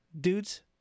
dudes